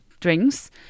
drinks